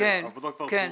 העובדות כבר ברורות.